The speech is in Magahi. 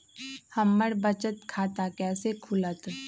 हमर बचत खाता कैसे खुलत?